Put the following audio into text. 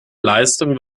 leistung